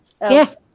Yes